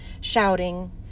shouting